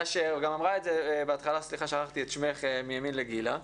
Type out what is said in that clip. לאשר וגם אמרה את זה בהתחלה זו שיושבת מימין לגילה,